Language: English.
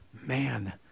Man